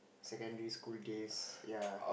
secondary school days ya